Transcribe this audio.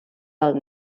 del